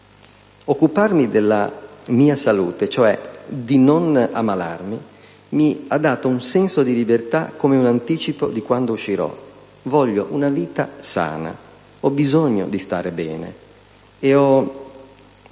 Occuparmi della mia salute, cioè di non ammalarmi, mi ha dato un senso di libertà, come un anticipo di quando uscirò. Voglio una vita sana. Ho bisogno di stare bene e ho